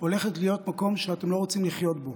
הולכת להיות מקום שאתם לא רוצים לחיות בו.